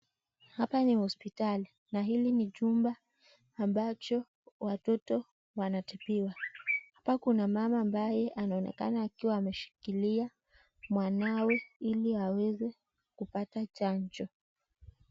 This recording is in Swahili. Hapa ni hospitali, na hili ni jumba ambacho watoto wanatibiwa. Hapa kuna mama ambaye anaonekana akiwa ameshikilia ,mwanawe ili aweze kupata chanjo.